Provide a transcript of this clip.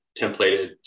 templated